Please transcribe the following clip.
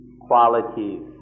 qualities